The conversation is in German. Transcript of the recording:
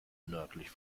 nördlich